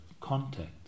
contact